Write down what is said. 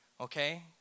okay